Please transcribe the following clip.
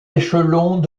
échelons